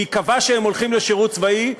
שייקבע שהם הולכים לשירות צבאי,